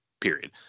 period